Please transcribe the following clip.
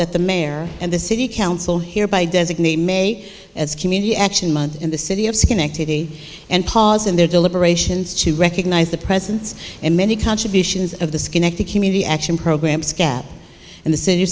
that the mayor and the city council hereby designate may as community action month in the city of schenectady and pause in their deliberations to recognize the presence in many contributions of the schenectady community action program and the city